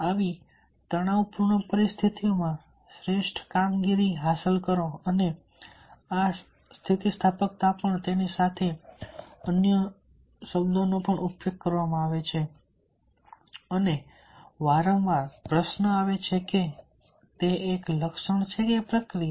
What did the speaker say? આવી તણાવપૂર્ણ પરિસ્થિતિઓમાં શ્રેષ્ઠ કામગીરી હાંસલ કરો અને આ સ્થિતિસ્થાપકતા પણ તેની સાથે અન્ય શબ્દોનો ઉપયોગ કરવામાં આવે છે અને વારંવાર પ્રશ્ન આવે છે કે તે એક લક્ષણ છે કે પ્રક્રિયા